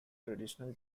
traditional